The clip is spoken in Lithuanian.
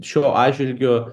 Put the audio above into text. šiuo atžvilgiu